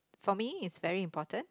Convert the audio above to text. for me it's very important